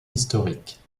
historiques